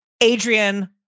Adrian